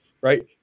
right